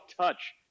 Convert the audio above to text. touch